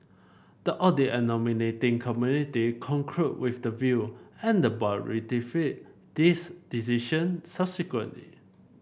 the audit and nominating community concurred with the view and the board ratified this decision subsequently